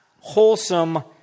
wholesome